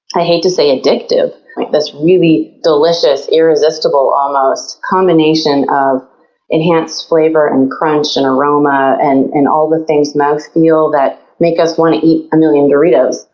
i hate to say addictive this really delicious, irresistible almost combination of enhanced flavor and crunch and aroma and and all the things, mouth-feel, that make us want to eat a million doritos.